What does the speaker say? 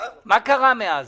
מה קרה מאז